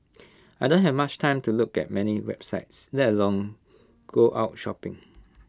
I don't have much time to look at many websites let alone go out shopping